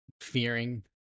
fearing